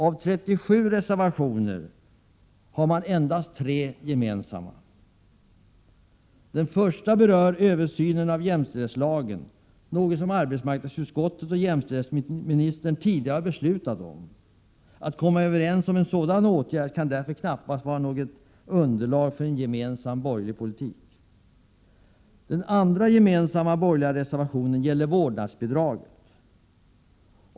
Av 37 reservationer är endast 3 gemensamma för de borgerliga partierna. Den första gäller en översyn av jämställdhetslagen, något som arbetsmarknadsutskottet och jämställdhetsministern tidigare har beslutat om. Att komma överens om en sådan åtgärd kan därför knappast vara något underlag för.en gemensam borgerlig politik. Den andra gemensamma borgerliga reservationen gäller vårdnadsbidraget.